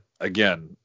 again